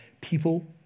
people